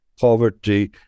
poverty